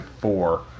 four